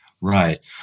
Right